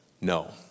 no